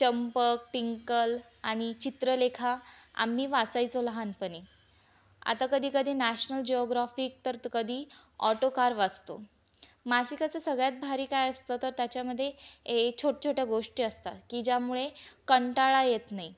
चंपक पिंकल आनि चित्रलेखा आम्ही वाचायचो लहानपणी आता कधी कधी नॅशनल जिओग्रॅफिक तर त कधी ऑटोकार वाचतो मासिकाचं सगळ्यात भारी काय असतं तर त्याच्यामध्ये ए छोट छोट्या गोष्टी असतात की ज्यामुळे कंटाळा येत नाही